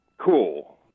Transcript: Cool